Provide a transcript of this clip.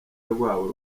rwabo